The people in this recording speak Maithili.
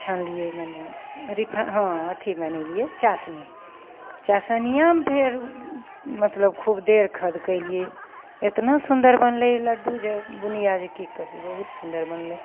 छनलियै मने रिफा हाँ अथी बनेलियै चासनी चासनियाेंमे फेर मतलब खूब देर खदकेलियै एतना सुन्दर बनलय ई लड्डू जे बुनिया जे की कहियौ बहुत सुन्दर बनलय